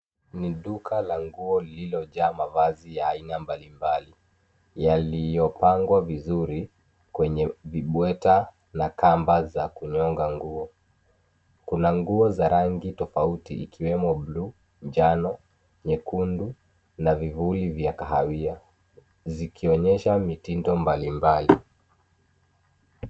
Ni duka la nguo lililojaa mavazi ya aina mbalimbali yaliyopangwa vizuri kwenye vibweta la kamba za kunyonga nguo. Kuna nguo za rangi tofauti ikiwemo buluu, njano, nyekundu, na vivuli vya kahawia zikionyesha mitindo mbalimbali.